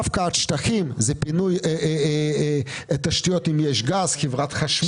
הפקעת שטחים, פינוי תשתיות גז, חברת חשמל.